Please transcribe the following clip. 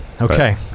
Okay